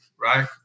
right